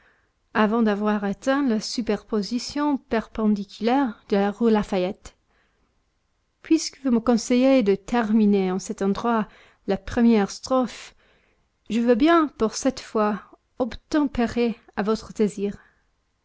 avant d'avoir atteint la superposition perpendiculaire de la rue lafayette puisque vous me conseillez de terminer en cet endroit la première strophe je veux bien pour cette fois obtempérer à votre désir